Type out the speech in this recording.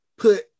put